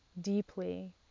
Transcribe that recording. deeply